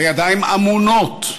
בידיים אמונות,